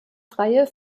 freie